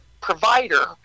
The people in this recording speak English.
provider